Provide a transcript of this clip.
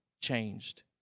changed